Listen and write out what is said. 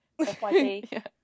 FYD